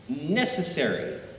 necessary